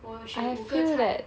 我选五个菜